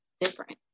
different